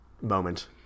moment